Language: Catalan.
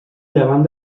llevant